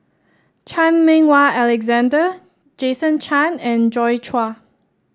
Chan Meng Wah Alexander Jason Chan and Joi Chua